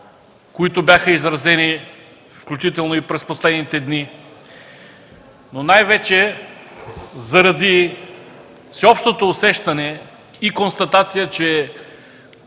които бяха изразени, включително и през последните дни, но най-вече заради всеобщото усещане и констатация, че